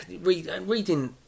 reading